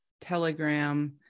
telegram